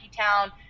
Town